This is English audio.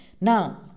Now